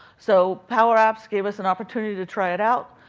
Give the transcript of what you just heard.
so powerapps gave us an opportunity to try it out.